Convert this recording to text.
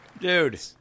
Dude